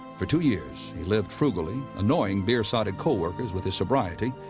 for two years, he lived frugally, annoying beer-sodded co-workers with his sobriety,